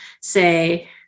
say